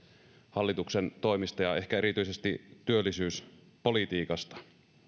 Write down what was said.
hallituksen toimista ja ehkä erityisesti työllisyyspolitiikasta